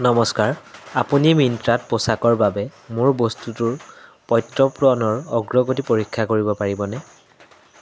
নমস্কাৰ আপুনি মিন্ত্ৰাত পোচাকৰ বাবে মোৰ বস্তুটোৰ প্ৰত্যৰ্পণৰ অগ্ৰগতি পৰীক্ষা কৰিব পাৰিবনে